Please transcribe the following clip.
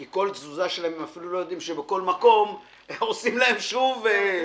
כי כל תזוזה שלהם הם לא יודעים שכל מקום עושים להם שוב ------